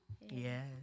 Yes